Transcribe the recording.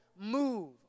move